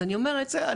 אז אני אומרת --- זה,